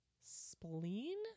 spleen